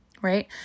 right